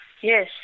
Yes